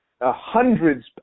hundreds